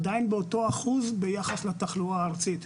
אנחנו עדיין באותו האחוז ביחס לתחלואה הארצית.